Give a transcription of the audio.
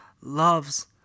loves